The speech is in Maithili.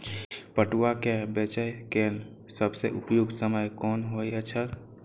पटुआ केय बेचय केय सबसं उपयुक्त समय कोन होय छल?